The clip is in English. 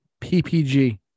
PPG